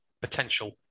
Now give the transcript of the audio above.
potential